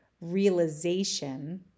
realization